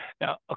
Now